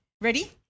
Ready